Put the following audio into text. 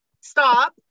stop